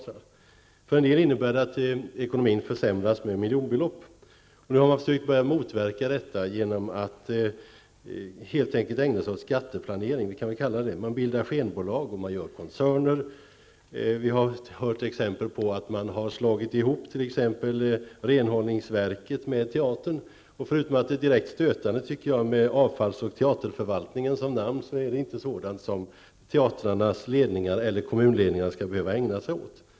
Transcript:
För en del teatrar innebär detta att ekonomin försämras med miljonbelopp. Nu har teatrarna försökt att motverka detta genom att helt enkelt ägna sig åt skatteplanering. Skenbolag bildas, och koncerner bildas. Ett exempel är att ett renhållningsverk har slagits ihop med en teater. Förutom att det är direkt stötande med avfalls och teaterförvaltningen som namn, är det inte sådan verksamhet som teatrarnas eller kommunernas ledningar skall behöva ägna sig åt.